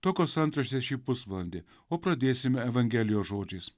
tokios antraštės šį pusvalandį o pradėsime evangelijos žodžiais